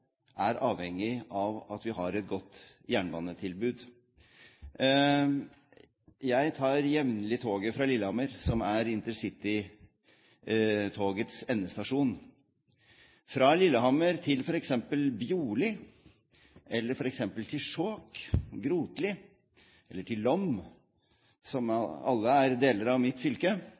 er avhengig av at vi har et godt jernbanetilbud. Jeg tar jevnlig toget fra Lillehammer, som er intercitytogets endestasjon. Fra Lillehammer til f.eks. Bjorli, Skjåk, Grotli eller Lom, som alle er deler av mitt fylke,